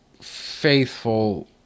faithful